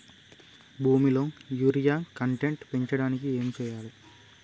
భూమిలో urea content పెంచడానికి ఏం చేయాలి?